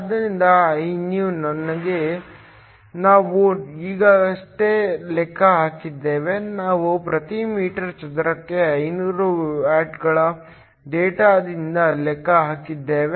ಆದ್ದರಿಂದ Inew ನಾವು ಈಗಷ್ಟೇ ಲೆಕ್ಕ ಹಾಕಿದ್ದೇವೆ ನಾವು ಪ್ರತಿ ಮೀಟರ್ ಚದರಕ್ಕೆ 500 ವ್ಯಾಟ್ಗಳ ಡೇಟಾದಿಂದ ಲೆಕ್ಕ ಹಾಕಿದ್ದೇವೆ